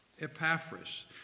Epaphras